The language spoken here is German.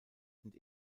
sind